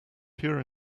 pure